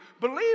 Believe